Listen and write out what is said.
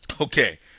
Okay